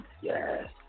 Yes